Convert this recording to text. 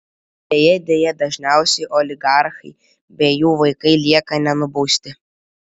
ir deja deja dažniausiai oligarchai bei jų vaikai lieka nenubausti